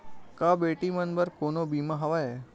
का बेटी मन बर कोनो बीमा हवय?